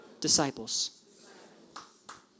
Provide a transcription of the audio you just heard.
disciples